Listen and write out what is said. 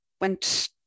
went